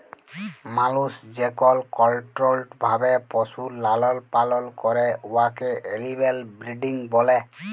মালুস যেকল কলট্রোল্ড ভাবে পশুর লালল পালল ক্যরে উয়াকে এলিম্যাল ব্রিডিং ব্যলে